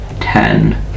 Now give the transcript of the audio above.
ten